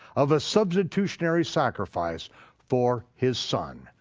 of a substitutionary sacrifice for his son,